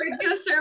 Producer